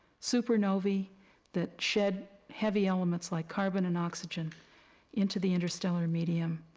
supernovae that shed heavy elements like carbon and oxygen into the interstellar medium,